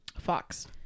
fox